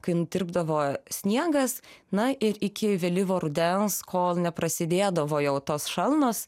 kai nutirpdavo sniegas na ir iki vėlyvo rudens kol neprasidėdavo jau tos šalnos